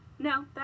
No